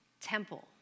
temple